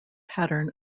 pattern